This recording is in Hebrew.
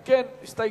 אם כן, הסתייגות.